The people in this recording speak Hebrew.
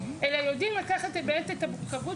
אלא יודעים לקחת את זה באמת את המורכבות